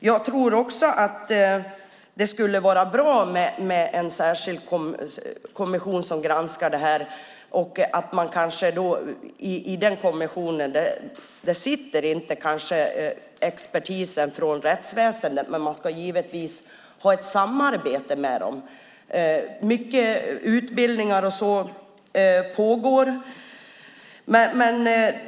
Jag tror också att det skulle vara bra med en särskild kommission som granskar detta och att det kanske inte är expertisen från rättsväsendet som sitter i den kommissionen, även om man givetvis ska ha ett samarbete med dem. Mycket utbildningar och sådant pågår.